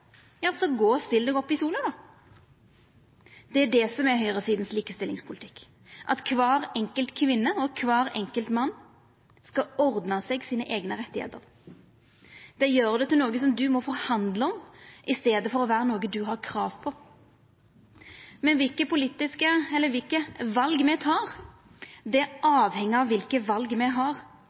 ja så gå og still deg i sola, då. Det er det som er likestillingspolitikken til høgresida – at kvar enkelt kvinne og kvar enkelt mann skal ordna seg sine eigne rettar. Det gjer det til noko som ein må forhandla om, i staden for å vera noko ein har krav på. Kva val me tek, avheng av kva val me har. Då er det ei politisk oppgåve å sørgja for at folk har